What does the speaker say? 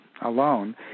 alone